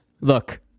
Look